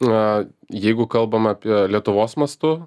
na jeigu kalbam apie lietuvos mastu